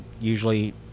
usually